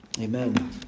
amen